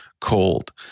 cold